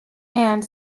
and